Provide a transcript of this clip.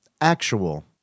actual